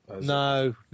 No